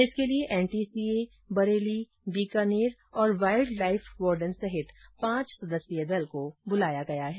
इसके लिए एनटीसीए बरेली बीकानेर और वाइल्ड लाइफ वार्डन सहित पांच सदस्यीय दल को बुलाया है